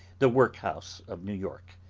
the workhouse of new york.